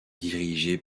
dirigé